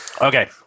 Okay